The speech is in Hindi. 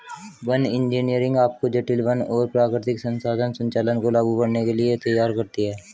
वन इंजीनियरिंग आपको जटिल वन और प्राकृतिक संसाधन संचालन को लागू करने के लिए तैयार करती है